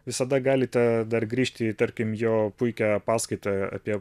visada galite dar grįžti į tarkim jo puikią paskaitą apie